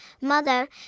Mother